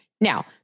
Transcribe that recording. Now